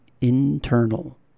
internal